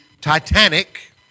Titanic